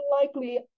unlikely